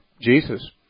Jesus